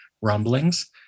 rumblings